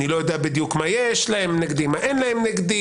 אני לא יודע בדיוק מה יש להם נגדי ומה אין להם נגדי.